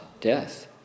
death